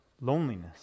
Loneliness